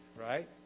right